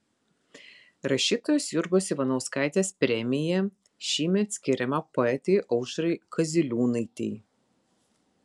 rašytojos jurgos ivanauskaitės premija šįmet skiriama poetei aušrai kaziliūnaitei